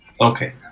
Okay